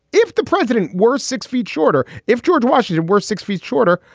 if the president were six feet shorter, if george washington were six feet shorter,